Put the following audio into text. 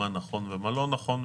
מה נכון ומה לא נכון,